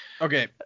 Okay